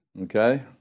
okay